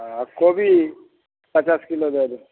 आ कोबी पचास किलो दै देबै